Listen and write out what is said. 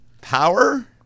Power